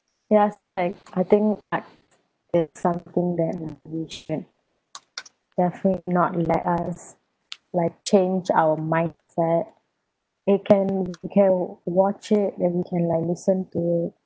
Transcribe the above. yes I I think I it's something that we can definitely not let us like change our mindset it can can watch it then you can like listen to